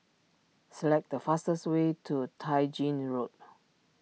select the fastest way to Tai Gin Road